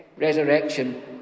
resurrection